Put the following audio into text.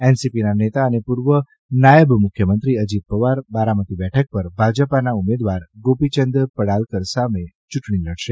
એનસીપીના નેતા અને પૂર્વ નાયબ મુખ્યમંત્રી અજીત પવાર બારામતી બેઠક પર ભાજપા ઉમેદવાર ગોપીચંદ પડાલકર સાથે યૂંટણી લડશે